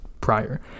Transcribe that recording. prior